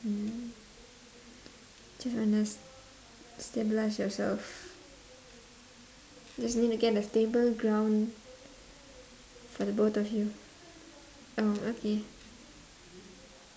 mm just earn as stabilise yourself because need to get a stable ground for the both of you oh okay